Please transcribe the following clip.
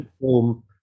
home